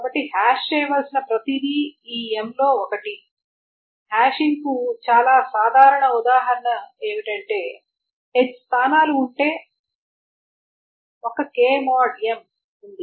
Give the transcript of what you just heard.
కాబట్టి హ్యాష్ చేయవలసిన ప్రతిదీ ఈ m లో ఒకటి హాషింగ్కు చాలా సాధారణ ఉదాహరణ ఏమిటంటే h స్థానాలు ఉంటే ఒక k mod m ఉంది